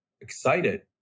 excited